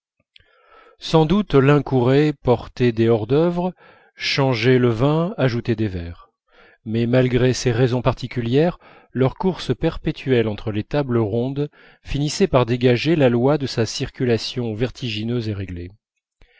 sans doute l'un courait porter des hors dœuvres changer le vin ajouter des verres mais malgré ces raisons particulières leur course perpétuelle entre les tables rondes finissait par dégager la loi de sa circulation vertigineuse et réglée